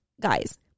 guys